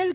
L